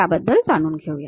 त्याबद्दल जाणून घेऊया